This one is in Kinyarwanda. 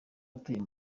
atuye